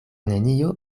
nenio